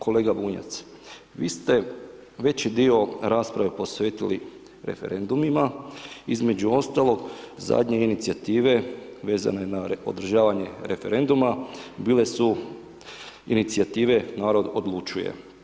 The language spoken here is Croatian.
Kolega Bunjac, vi ste veći dio rasprave posvetili referendumima, između ostalog zadnje inicijative vezane na održavanje referenduma, bile su inicijative Narod odlučuje.